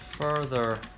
further